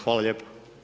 Hvala lijepo.